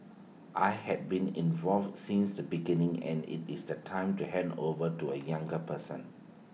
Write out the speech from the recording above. I had been involved since the beginning and IT is the time to hand over to A younger person